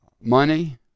Money